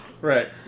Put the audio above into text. Right